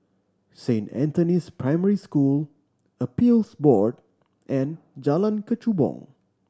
Saint Anthony's Primary School Appeals Board and Jalan Kechubong